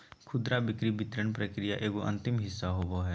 खुदरा बिक्री वितरण प्रक्रिया के एगो अंतिम हिस्सा होबो हइ